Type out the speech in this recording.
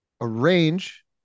arrange